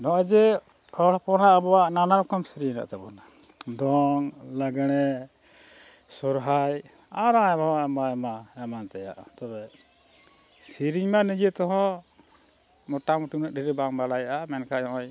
ᱱᱚᱜᱼᱚᱭ ᱡᱮ ᱦᱚᱲ ᱦᱚᱯᱚᱱᱟᱜ ᱟᱵᱚᱣᱟᱜ ᱱᱟᱱᱟ ᱨᱚᱠᱚᱢ ᱥᱮᱨᱮᱧ ᱦᱮᱱᱟᱜ ᱛᱟᱵᱚᱱᱟ ᱫᱚᱝ ᱞᱟᱜᱽᱬᱮ ᱥᱚᱦᱨᱟᱭ ᱟᱨ ᱟᱭᱢᱟ ᱟᱭᱢᱟ ᱮᱢᱟᱱ ᱛᱮᱱᱟᱜ ᱛᱚᱵᱮ ᱥᱮᱨᱮᱧ ᱢᱟ ᱱᱤᱡᱮ ᱛᱮᱦᱚᱸ ᱢᱳᱴᱟᱢᱩᱴᱤ ᱩᱱᱟᱹᱜ ᱰᱷᱮᱨ ᱵᱟᱝ ᱵᱟᱲᱟᱭᱚᱜᱼᱟ ᱢᱮᱱᱠᱷᱟᱱ ᱱᱚᱜ ᱚᱭ